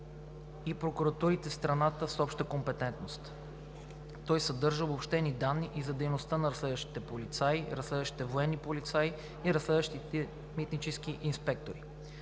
и прокуратурите в страната с обща компетентност. Той съдържа обобщени данни и за дейността на разследващите полицаи, разследващите военни полицаи и разследващите митнически инспектори.